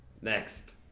Next